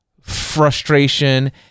frustration